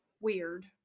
weird